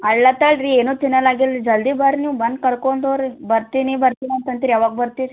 ಅಳ್ಳತ್ತಳ ರೀ ಏನು ತಿನ್ನಲ್ಲಾಗಿಲ್ಲ ಜಲ್ದಿ ಬರ್ರಿ ನೀವು ಬಂದು ಕರ್ಕೊಂಡು ಹೋಗ್ರಿ ಬರ್ತೀನಿ ಬರ್ತೀನಿ ಅಂತಂತ್ರಿ ಯಾವಾಗ ಬರ್ತಿರಿ